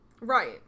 Right